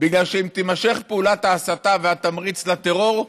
כי אם יימשכו פעולת ההסתה והתמריץ לטרור,